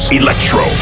electro